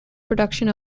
production